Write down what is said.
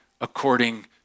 according